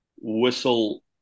whistle